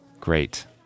Great